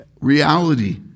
reality